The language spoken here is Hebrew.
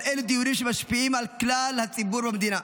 אבל אלו דיונים שמשפיעים על כל הציבור במדינה.